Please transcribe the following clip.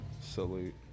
Salute